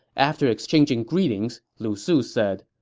after exchanging greetings, lu su said,